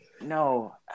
no